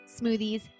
smoothies